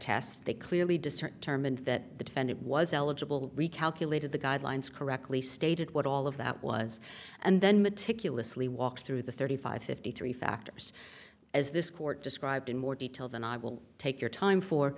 test they clearly discern determined that the defendant was eligible recalculated the guidelines correctly stated what all of that was and then meticulously walk through the thirty five fifty three factors as this court described in more detail than i will take your time for